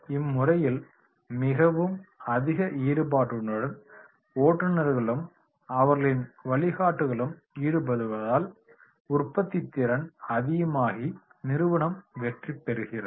இம்முறையில் மிகவும் அதிக ஈடுபாட்டுடன் ஓட்டுநர்களும் அவர்களின் வழிகாட்டிகளும் ஈடுபடுவதால் உற்பத்தித்திறன் அதிகமாகி நிறுவனம் வெற்றி பெறுகிறது